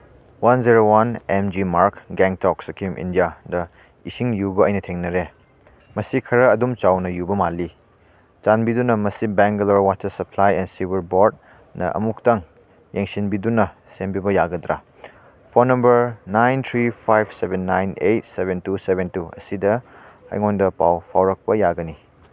one zero one M G Marg Gangtok Sikkim ꯏꯟꯗꯤꯌꯥꯗ ꯏꯁꯤꯡ ꯌꯨꯕ ꯑꯩꯅ ꯊꯦꯡꯅꯔꯦ ꯃꯁꯤ ꯈꯔ ꯑꯗꯨꯝ ꯆꯥꯎꯅ ꯌꯨꯕ ꯃꯥꯜꯂꯤ ꯆꯥꯟꯕꯤꯗꯨꯅ ꯃꯁꯤ Bangalore water supply and sewer ꯕꯣꯔꯠꯅ ꯑꯃꯨꯛꯇꯪ ꯌꯦꯡꯁꯤꯟꯕꯤꯗꯨꯅ ꯁꯦꯝꯕꯤꯕ ꯌꯥꯒꯗ꯭ꯔ phone number nine three five seven nine eight seven two seven two ꯑꯁꯤꯗ ꯑꯩꯉꯣꯟꯗ ꯄꯥꯎ ꯐꯥꯎꯔꯛꯄ ꯌꯥꯒꯅꯤ